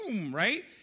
Right